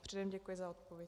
Předem děkuji za odpověď.